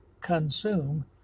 consume